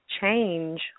change